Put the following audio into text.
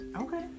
Okay